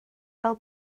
fel